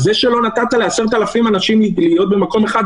זה שלא נתת ל-10,000 אנשים להיות במקום אחד,